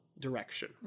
direction